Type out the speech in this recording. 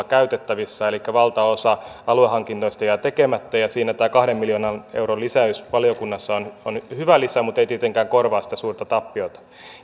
käytettävissä elikkä valtaosa aluehankinnoista jää tekemättä ja siinä tämä kahden miljoonan euron lisäys valiokunnassa on on hyvä lisä mutta ei tietenkään korvaa sitä suurta tappiota